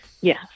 Yes